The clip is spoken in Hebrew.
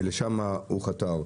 ולשמה הוא חתר.